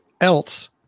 else